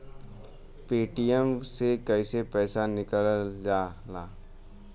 Paytm से कैसे पैसा निकलल जाला?